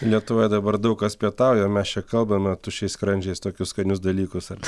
lietuvoje dabar daug kas pietauja mes čia kalbame tuščiais skrandžiais tokius skanius dalykus ar